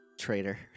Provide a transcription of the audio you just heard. Traitor